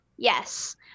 Yes